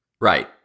Right